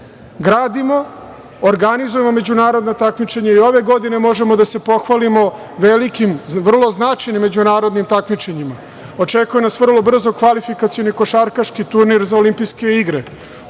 naciji. Gradimo, organizujemo međunarodna takmičenja i ove godine možemo da se pohvalimo velikim, vrlo značajnim međunarodnim takmičenjima. Očekuje nas vrlo brzo kvalifikacioni košarkaški turnir za Olimpijske igre,